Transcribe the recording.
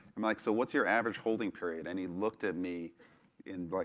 i'm like so what's your average holding period and he looked at me in like,